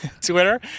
Twitter